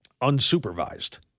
unsupervised